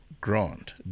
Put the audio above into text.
grant